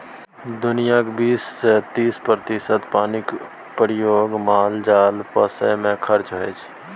दुनियाँक बीस सँ तीस प्रतिशत पानिक प्रयोग माल जाल पोसय मे खरचा होइ छै